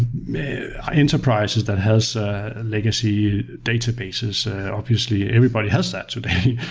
enterprises that has legacy databases obviously, everybody has that today,